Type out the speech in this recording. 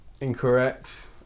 Incorrect